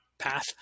path